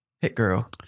Hit-girl